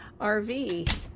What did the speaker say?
RV